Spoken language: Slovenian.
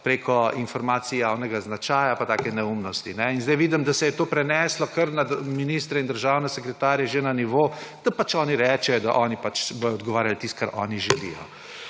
preko informacij javnega značaja in take neumnosti. In zdaj vidim, da se je to preneslo kar na ministre in državne sekretarje že na nivo, da pač oni rečejo, da oni pač bodo odgovarjali tisto, kar oni želijo.